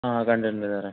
ആ കണ്ടിട്ടുണ്ട് സാറേ